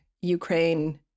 Ukraine